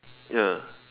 ya